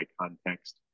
context